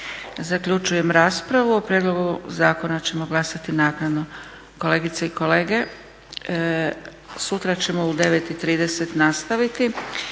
Zaključujem raspravu. O prijedlogu zakona ćemo glasati naknadno. Kolegice i kolege sutra ćemo u 9,30 nastaviti.